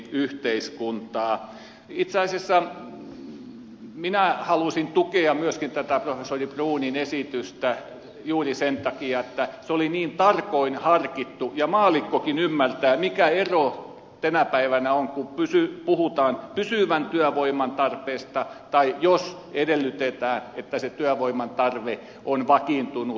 itse asiassa minä halusin tukea myöskin tätä professori bruunin esitystä juuri sen takia että se oli niin tarkoin harkittu ja maallikkokin ymmärtää mikä ero tänä päivänä on kun puhutaan pysyvän työvoiman tarpeesta tai jos edellytetään että se työvoiman tarve on vakiintunut